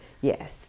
Yes